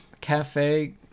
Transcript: cafe